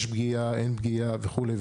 יש פגיעה, אין פגיעה וכולי.